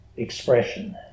expression